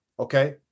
Okay